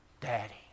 Daddy